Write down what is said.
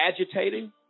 agitating